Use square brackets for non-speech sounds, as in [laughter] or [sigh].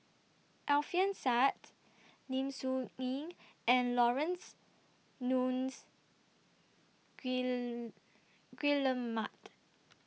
Alfian Sa'at Lim Soo Ngee and Laurence Nunns [unintelligible] Guillemard